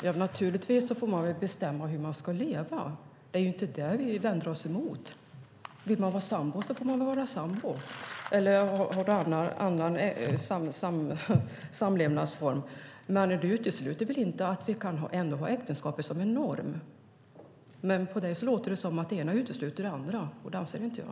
Herr talman! Naturligtvis får man bestämma hur man ska leva. Det vänder vi oss inte mot. Vill man vara sambo får man vara det, eller också ha någon annan samlevnadsform. Det utesluter inte att vi kan ha äktenskapet som norm. På Marianne Berg låter det som om det ena utesluter det andra, och det anser inte jag.